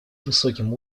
высоким